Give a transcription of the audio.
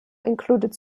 included